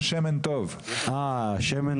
להסכמות,